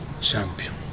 Champion